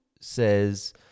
says